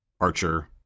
Archer